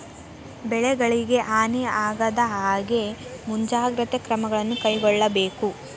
ಬೆಳೆಗಳಿಗೆ ಹಾನಿ ಆಗದಹಾಗೆ ಮುಂಜಾಗ್ರತೆ ಕ್ರಮವನ್ನು ಕೈಗೊಳ್ಳಬೇಕು